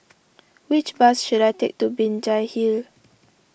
which bus should I take to Binjai Hill